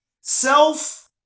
Self